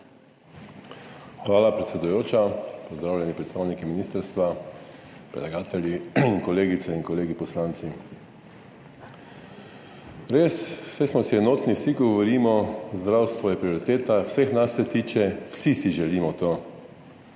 Hvala, predsedujoča. Pozdravljeni predstavniki ministrstva, predlagatelji, kolegice in kolegi poslanci! Res, saj smo si enotni, vsi govorimo, zdravstvo je prioriteta, vseh nas se tiče, vsi si to želimo.